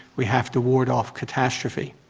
we have to ward off catastrophe.